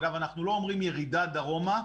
אנחנו לא אומרים ירידה דרומה,